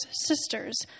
sisters